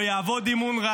לא יעבוד עם אונר"א,